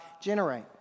generate